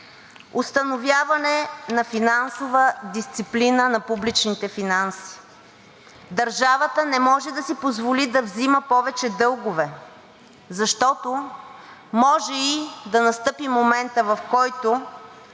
Установяване на финансова дисциплина на публичните финанси. Държавата не може да си позволи да взима повече дългове, защото може и да настъпи моментът, в който